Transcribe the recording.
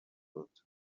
بود